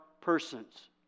persons